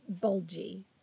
bulgy